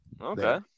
Okay